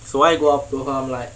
so I go up to her I'm like